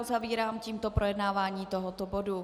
Uzavírám tímto projednávání tohoto bodu.